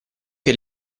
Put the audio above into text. che